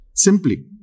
Simply